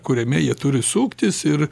kuriame jie turi suktis ir